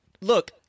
Look